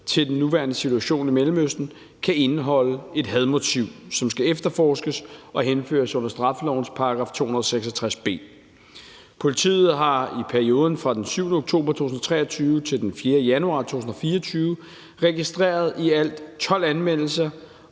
til den nuværende situation i Mellemøsten, kan indeholde et hadmotiv, som skal efterforskes og henføres under straffelovens § 266 b. Politiet har i perioden fra den 7. oktober 2023 til den 4. januar 2024 registreret i alt 12 anmeldelser